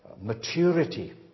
maturity